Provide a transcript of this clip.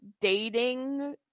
dating